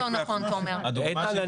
איתן,